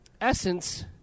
essence